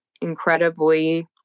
incredibly